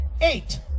Eight